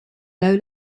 low